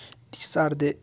these are the